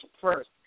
first